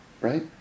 right